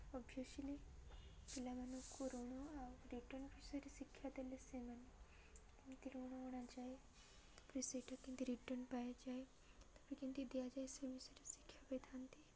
officially ପିଲାମାନଙ୍କୁ ଋଣ ଆଉ ରିଟର୍ଣ୍ଣ୍ ବିଷୟରେ ଶିକ୍ଷା ଦେଲେ ସେମାନେ କେମିତି ଋଣ ଅଣାଯାଏ ତା'ପରେ ସେଇଟା କେମିତି ରିଟର୍ଣ୍ଣ୍ ପାଇଯାଏ ତା'ପରେ କେମିତି ଦିଆଯାଏ ସେ ବିଷୟରେ ଶିକ୍ଷା ପାଇଥାନ୍ତି